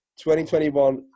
2021